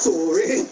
Sorry